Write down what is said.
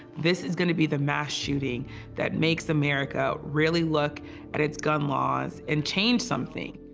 this is going to be the mass shooting that makes america really look at its gun laws and change something.